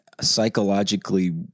psychologically